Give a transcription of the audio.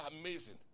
amazing